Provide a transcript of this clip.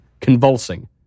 convulsing